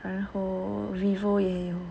然后 vivo 也有